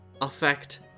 affect